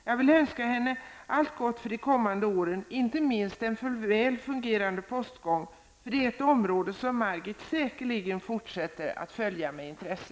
Jag vill önska henne allt gott för de kommande åren, inte minst en väl fungerande postgång, för det är ett område som hon säkerligen fortsätter att följa med intresse!